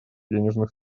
денежных